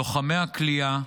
לוחמי הכליאה,